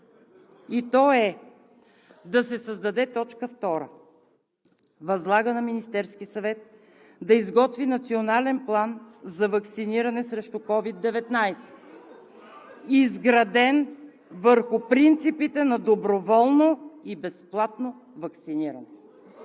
и то е да се създаде т. 2: Възлага на Министерския съвет да изготви Национален план за ваксиниране срещу COVID-19, изграден върху принципите на доброволно и безплатно ваксиниране.